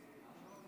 בעד,